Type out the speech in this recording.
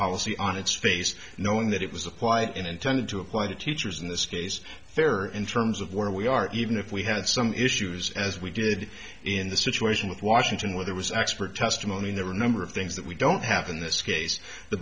policy on its face knowing that it was a quiet and intended to apply to teachers in this case fair in terms of where we are even if we had some issues as we did in the situation with washington where there was x for testimony there were a number of things that we don't have in this case the